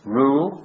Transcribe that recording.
rule